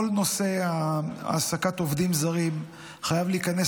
כל נושא העסקת עובדים זרים חייב להיכנס